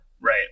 right